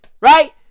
right